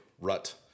rut